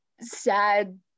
sad